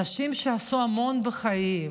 אנשים שעשו המון בחיים,